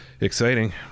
Exciting